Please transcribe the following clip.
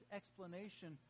explanation